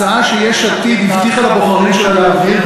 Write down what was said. זאת הצעה שיש עתיד הבטיחה לבוחרים שלה להעביר,